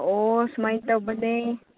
ꯑꯣ ꯁꯨꯃꯥꯏꯅ ꯇꯧꯕꯅꯦ